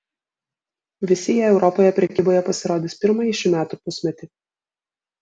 visi jie europoje prekyboje pasirodys pirmąjį šių metų pusmetį